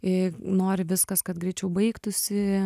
i nori viskas kad greičiau baigtųsi